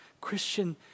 Christian